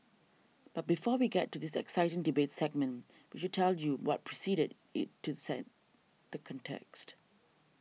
but before we get to this exciting debate segment we should tell you what preceded it to set the context